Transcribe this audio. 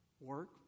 Work